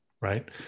Right